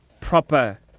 proper